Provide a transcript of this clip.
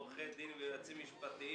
עורכי דין ויועצים משפטיים